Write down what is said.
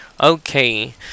okay